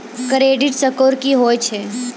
Credit score की होय छै?